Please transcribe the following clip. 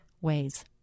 ways